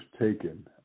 taken